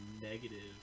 negative